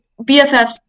BFFs